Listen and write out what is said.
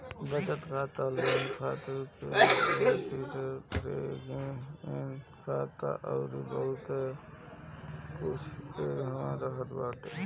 बचत खाता, लोन खाता, फिक्स्ड खाता, रेकरिंग खाता अउर बहुते कुछ एहवा रहत बाटे